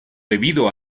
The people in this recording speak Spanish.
debido